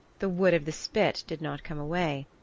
the wood of the spit did not come away.